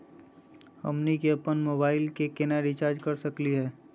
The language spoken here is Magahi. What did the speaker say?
हमनी के अपन मोबाइल के केना रिचार्ज कर सकली हे?